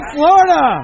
Florida